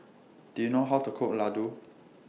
Do YOU know How to Cook Ladoo